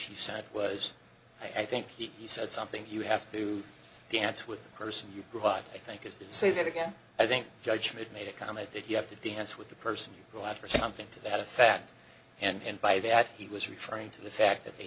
she sent was i think he said something you have to dance with a person you provide i think is to say that again i think judgment made a comment that you have to dance with the person go out or something to that effect and by that he was referring to the fact that they